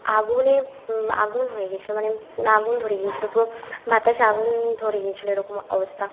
আগুনে আগুন হয়ে গিয়েছিলো মানে আগুন ধরে গিয়েছিলো পুরো বাতাসে আগুন ধরে গিয়েছিলো এরকম অবস্থা